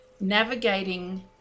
Navigating